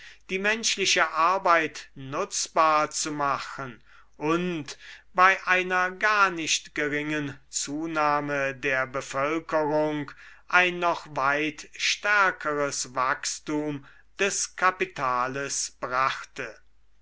die menschliche arbeit nutzbar zu machen und bei einer gar nicht geringen zunahme der bevölkerung ein noch weit stärkeres wachstum des kapitales brachte